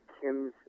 Kim's